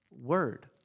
Word